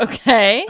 Okay